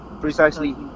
Precisely